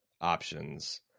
options